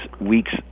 week's